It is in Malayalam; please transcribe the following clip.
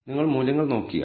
നിങ്ങൾ മൂല്യങ്ങൾ നോക്കിയാൽ